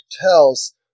tells